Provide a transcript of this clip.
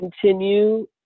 continue